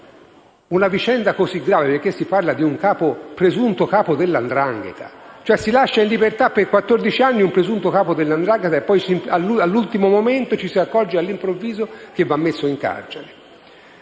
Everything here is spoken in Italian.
una vicenda così grave, perché si parla di un presunto capo della 'ndrangheta; cioè si lascia in libertà per quattordici anni un presunto capo della 'ndrangheta e poi, all'ultimo momento, ci si accorge all'improvviso che va messo in carcere.